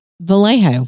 Vallejo